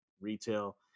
retail